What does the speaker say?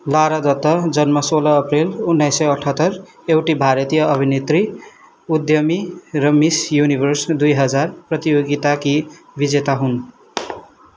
Lara Dutta जन्म सोह्र April उन्नाइस सय अठहत्तर एउटी भारतीय अभिनेत्री उद्यमी र मिस युनिभर्स दुई हजार प्रतियोगिताकी विजेता हुन्